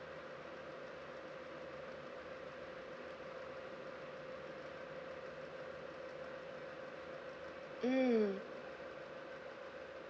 mm